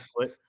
foot